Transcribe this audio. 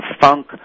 funk